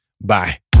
Bye